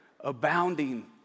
abounding